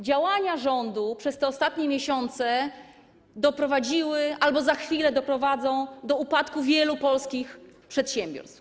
Działania rządu przez te ostatnie miesiące doprowadziły albo za chwilę doprowadzą do upadku wielu polskich przedsiębiorstw.